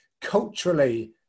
culturally